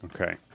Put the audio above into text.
Okay